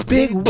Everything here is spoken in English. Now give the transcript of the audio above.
Big